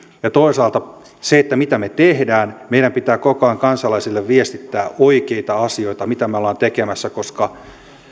ja toisaalta on se mitä me teemme meidän pitää koko ajan kansalaisille viestittää oikeita asioita mitä me olemme tekemässä koska